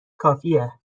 کافیه